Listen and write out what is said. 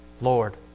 Lord